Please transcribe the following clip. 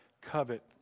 covet